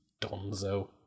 Donzo